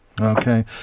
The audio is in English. Okay